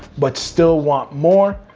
but still want more,